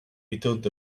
without